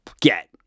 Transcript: get